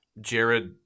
Jared